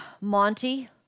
Monty